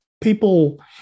People